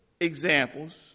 examples